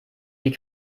die